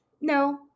no